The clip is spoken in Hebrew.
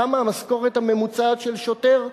כמה המשכורת הממוצעת של שוטר?